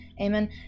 amen